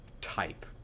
type